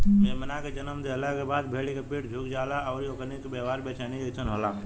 मेमना के जनम देहला के बाद भेड़ के पीठ झुक जाला अउरी ओकनी के व्यवहार बेचैनी जइसन होला